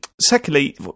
Secondly